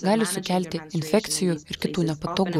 gali sukelti infekcijų ir kitų nepatogu